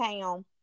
town